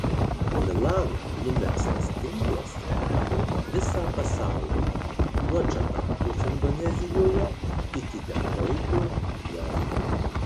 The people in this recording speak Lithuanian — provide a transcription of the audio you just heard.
milan numegztas tinklas apima visą pasaulį nuo džakartos indonezijoje iki detroito jav